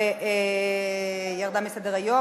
וירדה מסדר-היום.